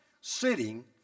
sitting